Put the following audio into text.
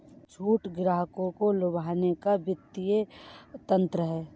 छूट ग्राहकों को लुभाने का वित्तीय तंत्र है